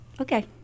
Okay